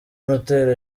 moteri